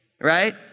right